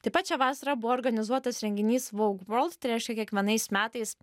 taip pat šią vasarą buvo organizuotas renginys vogue world tai reiškia kiekvienais metais